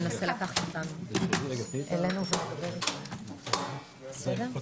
הישיבה ננעלה בשעה 09:46.